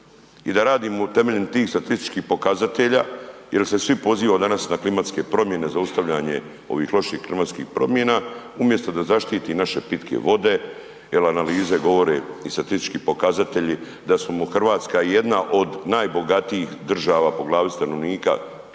i da radimo temeljem tih statističkih pokazatelja jer se svi pozivamo danas na klimatske promjene, zaustavljanje ovih loših klimatskih promjena, umjesto da zaštiti naše pitke vode jer analize govore i statistički pokazatelji da su mu Hrvatska jedna od najbogatijih država po glavi stanovnika, u